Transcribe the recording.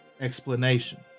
explanation